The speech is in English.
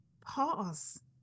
pause